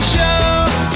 Show